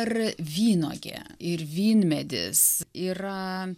ir vynuogė ir vynmedis yra